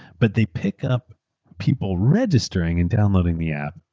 but they pick up people registering and downloading the app.